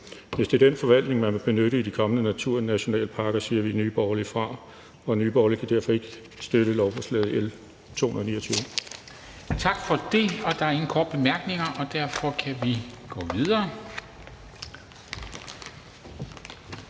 hvis det er den forvaltning, man vil benytte i de kommende naturnationalparker, siger vi i Nye Borgerlige fra. Nye Borgerlige kan derfor ikke støtte lovforslag nr. L 229. Kl. 16:11 Formanden (Henrik Dam Kristensen): Tak for det. Der er ingen korte bemærkninger, og derfor kan vi gå videre.